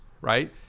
right